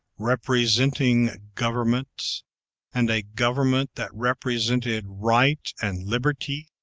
representing government and a government that represented right and liberty,